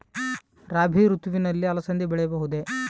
ರಾಭಿ ಋತುವಿನಲ್ಲಿ ಅಲಸಂದಿ ಬೆಳೆಯಬಹುದೆ?